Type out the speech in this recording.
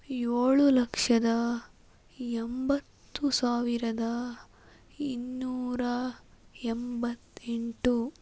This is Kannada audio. ಏಳು ಲಕ್ಷದ ಎಂಬತ್ತು ಸಾವಿರದ ಇನ್ನೂರ ಎಂಬತ್ತೆಂಟು